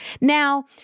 Now